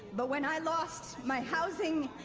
but when i lost my housing,